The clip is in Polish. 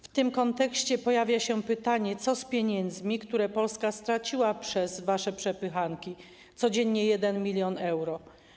W tym kontekście pojawia się pytanie: Co z pieniędzmi, które Polska straciła przez wasze przepychanki, codziennie 1 mln euro?